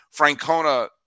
Francona